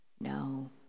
no